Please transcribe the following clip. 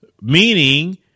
meaning